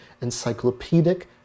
encyclopedic